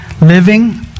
living